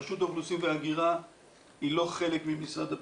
רשות האוכלוסין וההגירה היא לא חלק ממשרד הפנים.